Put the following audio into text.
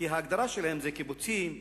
כי ההגדרה שלהם זה קיבוצים,